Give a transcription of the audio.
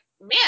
man